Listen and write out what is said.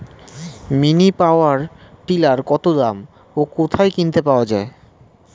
Mini power tiller কত দাম ও কোথায় কিনতে পাওয়া যায়?